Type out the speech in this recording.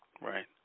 Right